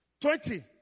twenty